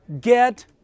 get